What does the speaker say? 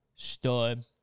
Stud